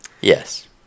Yes